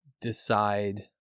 decide